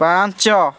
ପାଞ୍ଚ